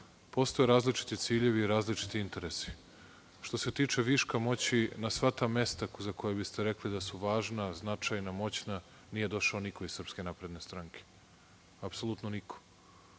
postoje različiti ciljevi i različiti interesi. Što se tiče viška moći na sva ta mesta za koja biste rekli da su važna, značajna, moćna nije došao niko iz SNS, apsolutno niko.